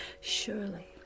Surely